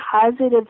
positive